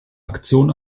aktion